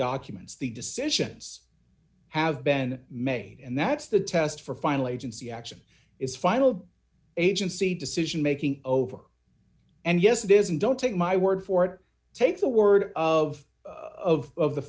documents the decisions have been made and that's the test for finally agency action is final agency decision making over and yes it isn't don't take my word for it take the word of of